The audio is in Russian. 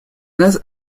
нас